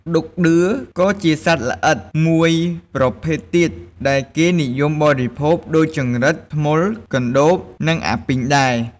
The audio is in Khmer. ឌុកឌឿ ក៏ជាសត្វល្អិតមួយប្រភេទទៀតដែលគេនិយមបរិភោគ ដូចចង្រិត ខ្មុល កណ្ដូប និងអាពីងដែរ។